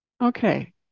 Okay